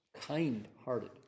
kind-hearted